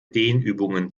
dehnübungen